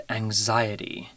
anxiety